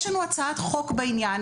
יש לנו הצעת חוק בעניין.